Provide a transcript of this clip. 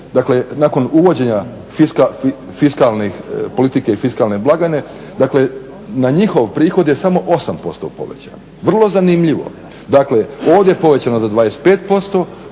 nakon uvođenja politike i fiskalne blagajne, dakle na njihov prihod je osam posto povećano, vrlo zanimljivo. Dakle, ovdje je povećano za 25%,